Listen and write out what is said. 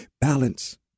Balance